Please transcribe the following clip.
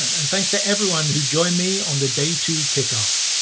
and thanks to everyone who join me on the day two kickoff.